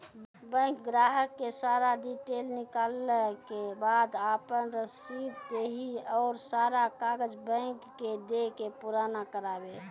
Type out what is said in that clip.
Bank ग्राहक के सारा डीटेल निकालैला के बाद आपन रसीद देहि और सारा कागज बैंक के दे के पुराना करावे?